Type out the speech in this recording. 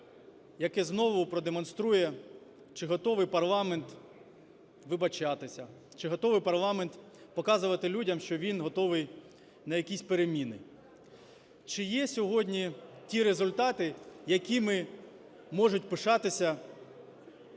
яке знову продемонструє, чи готовий парламент вибачатися, чи готовий парламент показувати людям, що він готовий на якісь переміни. Чи є сьогодні ті результати, якими можуть пишатися